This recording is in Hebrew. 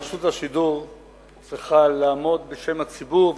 רשות השידור צריכה לעמוד בשם הציבור,